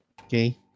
Okay